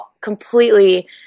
completely